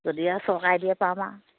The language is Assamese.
যদি আৰু চৰকাৰে দিয়ে পাম আৰু